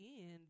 end